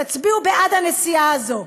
תצביעו בעד הנסיעה הזו.